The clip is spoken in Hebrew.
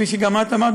כפי שגם את אמרת,